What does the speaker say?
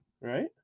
right